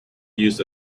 views